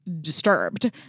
disturbed